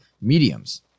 mediums